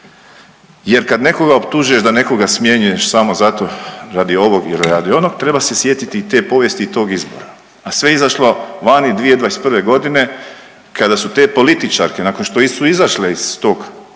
Jer kad nekoga optužuješ da nekoga smjenjuješ samo zato radi ovog ili radi onog treba se sjetiti i te povijesti i tog izbora, a sve je izašlo vani 2021.g. kada su te političarke nakon što su izašle iz tog